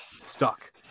stuck